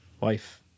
Wife